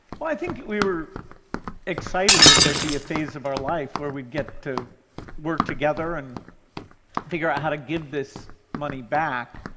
well, i think we were excited that there'd be a phase of our life where we'd get to work together and figure out how to give this money back.